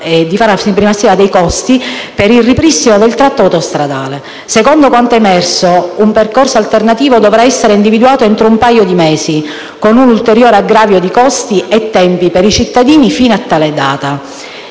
e di fare una prima stima dei costi per il ripristino del tratto autostradale. Secondo quanto è emerso, un percorso alternativo dovrà essere individuato entro un paio di mesi, con un ulteriore aggravio di costi e tempi per i cittadini fino a tale data.